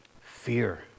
Fear